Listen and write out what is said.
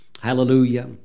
Hallelujah